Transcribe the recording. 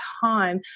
time